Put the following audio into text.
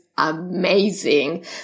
amazing